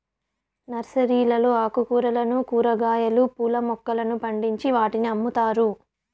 నర్సరీలలో ఆకుకూరలను, కూరగాయలు, పూల మొక్కలను పండించి వాటిని అమ్ముతారు